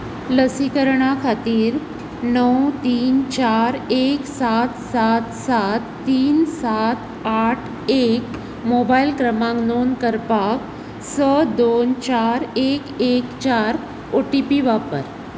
लसीकरणा खातीर णव तीन चार एक सात सात सात तीन सात आठ एक मोबायल क्रमांक नोंद करपाक स दोन चार एक एक चार ओ टी पी वापर